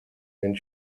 and